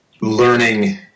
Learning